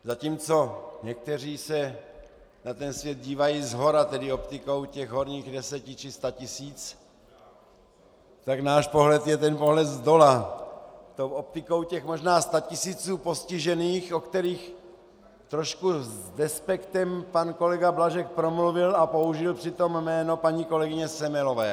Zatímco někteří se na ten svět dívají shora, tedy optikou těch horních deseti či sta tisíc, tak náš pohled je ten pohled zdola, optikou těch možná statisíců postižených, o kterých trošku s despektem pan kolega Blažek promluvil, a použil přitom jméno paní kolegyně Semelové.